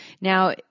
now